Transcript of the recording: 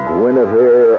Guinevere